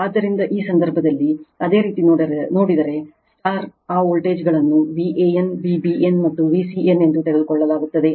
ಆದ್ದರಿಂದ ಈ ಸಂದರ್ಭದಲ್ಲಿ ಅದೇ ರೀತಿ ನೋಡಿದರೆ ಆ ವೋಲ್ಟೇಜ್ಗಳನ್ನು Van Vbn ಮತ್ತು Vcn ಎಂದು ತೆಗೆದುಕೊಳ್ಳಲಾಗಿದೆ